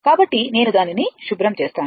కాబట్టి నేను దానిని శుభ్రం చేస్తాను